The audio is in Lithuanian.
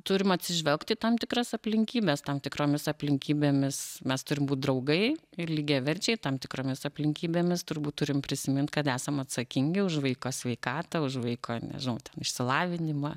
turim atsižvelgt į tam tikras aplinkybes tam tikromis aplinkybėmis mes turim būt draugai ir lygiaverčiai tam tikromis aplinkybėmis turbūt turim prisimint kad esam atsakingi už vaiko sveikatą už vaiko nežinau ten išsilavinimą